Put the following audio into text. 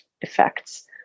effects